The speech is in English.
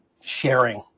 sharing